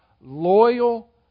loyal